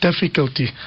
difficulty